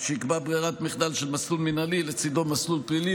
שיקבע ברירת מחדל של מסלול מינהלי ולצידו מסלול פלילי,